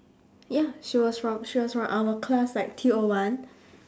ya she was from she was from our class like T O one